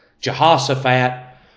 Jehoshaphat